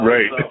Right